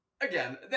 Again